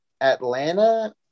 Atlanta